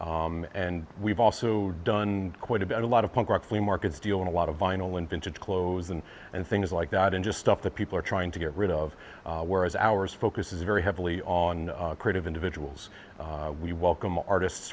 and we've also done quite a bit a lot of punk rock flea markets deal and a lot of vinyl and vintage clothes and things like that and just stuff that people are trying to get rid of whereas ours focuses very heavily on creative individuals we welcome artists